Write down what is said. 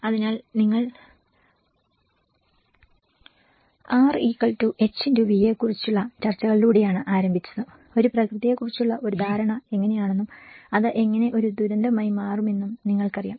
അതിനാൽ നിങ്ങൾ RHxV യെ കുറിച്ചുള്ള ചർച്ചകളിലൂടെയാണ് ആരംഭിച്ചത് ഒരു പ്രകൃതിയെക്കുറിച്ചുള്ള ഒരു ധാരണ എങ്ങനെയാണെന്നും അത് എങ്ങനെ ഒരു ദുരന്തമായി മാറുമെന്നും നിങ്ങൾക്കറിയാം